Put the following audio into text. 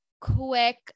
quick